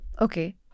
Okay